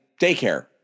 daycare